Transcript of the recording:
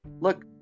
Look